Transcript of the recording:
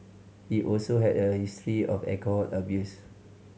he also had a history of alcohol abuse